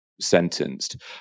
sentenced